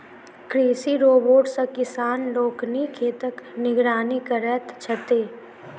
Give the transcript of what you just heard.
कृषि रोबोट सॅ किसान लोकनि खेतक निगरानी करैत छथि